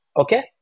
okay